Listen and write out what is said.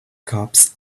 cops